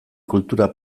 kultura